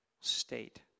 state